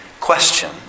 question